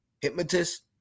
Hypnotist